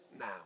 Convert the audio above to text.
now